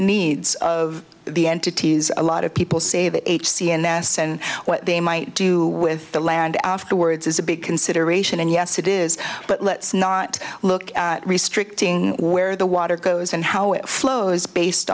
needs of the entities a lot of people say that each cns and what they might do with the land afterwards is a big consideration and yes it is but let's not look at restricting where the water goes and how it flows based